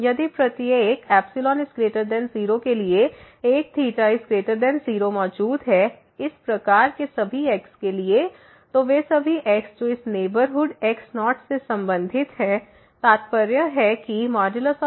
यदि प्रत्येक ϵ 0 के लिए एक δ 0 मौजूद है इस प्रकार के सभी x के लिए तो वे सभी x जो इस नेबरहुड x0 से संबंधित हैं तात्पर्य है कि fx LL